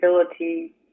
ability